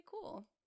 cool